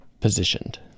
positioned